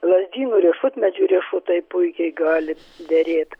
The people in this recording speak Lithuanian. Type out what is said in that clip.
lazdynų riešutmedžių riešutai puikiai gali derėt